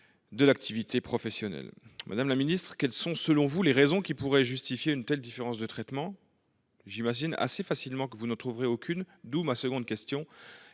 de l'activité professionnelle. Madame la ministre, quelles sont selon vous les raisons qui pourraient justifier une telle différence de traitement ? J'imagine facilement que vous n'en trouverez aucune, d'où ma seconde question